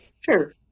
Sure